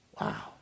Wow